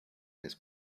his